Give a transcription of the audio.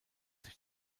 sich